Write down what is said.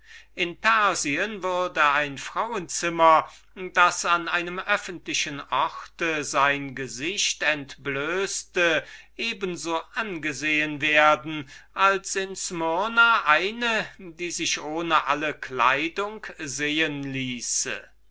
in persien würd ein frauenzimmer das an einem öffentlichen orte sein gesicht entblößte eben so angesehen als in smyrna eine die sich nackend sehen ließe